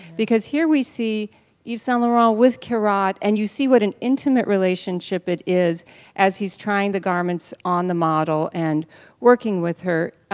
because here we see yves saint laurent ah with kirat and you see what an intimate relationship it is as he's trying the garments on the model and working with her.